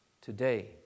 today